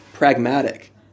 pragmatic